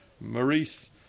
Maurice